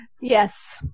Yes